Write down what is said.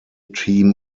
team